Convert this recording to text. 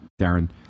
Darren